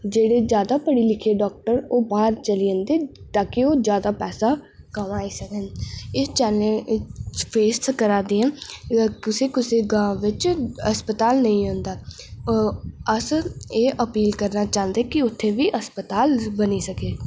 जेहड़े ज्यादा पढ़े लिखे दे डाॅक्टर ना ओह् बाहर चली जंदे ताकि ओह् ज्यादा पैसा कमाई सकन इस चाली अस फेस करा दे आं कुसै कुसै ग्रां बिच हस्पताल नेई होंदा अस एह् अपील करना चाहंदे कि उत्थै बी हस्पताल बनी सकै